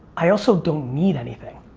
i also don't need anything.